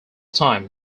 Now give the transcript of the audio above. time